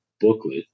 booklet